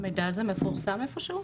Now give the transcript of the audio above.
המידע הזה מפורסם איפשהו?